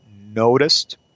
noticed